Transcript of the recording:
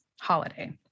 holiday